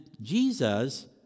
Jesus